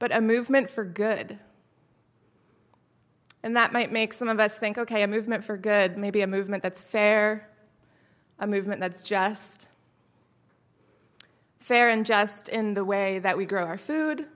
but a movement for good and that might make some of us think ok a movement for good maybe a movement that's fair a movement that's just fair and just in the way that we grow our food